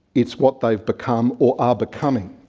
it's what they've become or are becoming.